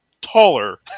taller